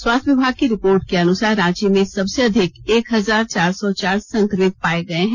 स्वास्थ्य विभाग की रिपोर्ट के अनुसार रांची में सबसे अधिक एक हजार चार सौ चार संक्रमित पाये गर्ये हैं